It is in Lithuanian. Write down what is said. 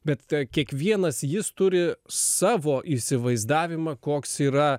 bet kiekvienas jis turi savo įsivaizdavimą koks yra